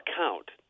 account